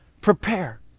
prepare